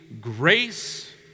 grace